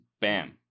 bam